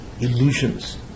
illusions